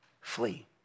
Flee